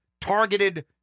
targeted